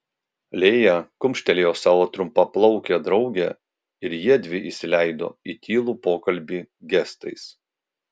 lėja kumštelėjo savo trumpaplaukę draugę ir jiedvi įsileido į tylų pokalbį gestais